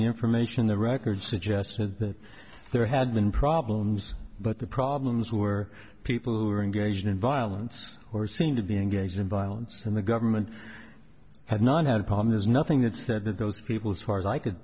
the information the record suggests that there had been problems but the problems were people who are engaging in violence or seem to be engaged in violence and the government has not had a problem there's nothing that said that those people as far as i could